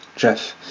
Jeff